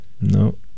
No